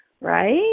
right